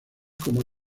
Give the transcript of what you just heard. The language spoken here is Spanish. como